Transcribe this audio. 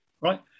Right